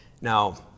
Now